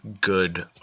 good